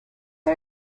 are